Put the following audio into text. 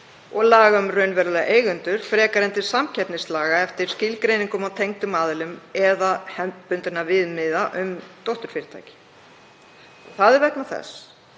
og laga um raunverulega eigendur frekar en til samkeppnislaga eftir skilgreiningum á tengdum aðilum eða hefðbundinna viðmiða um dótturfyrirtæki. Það er vegna þess